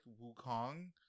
Wukong